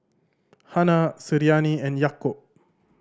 Hana Suriani and Yaakob